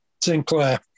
Sinclair